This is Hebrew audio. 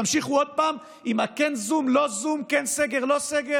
תמשיכו עוד פעם עם כן זום לא זום, כן סגר לא סגר?